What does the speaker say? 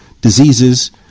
diseases